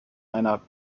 einer